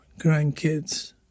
grandkids